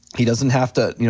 he doesn't have to, you